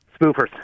Spoofers